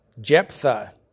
Jephthah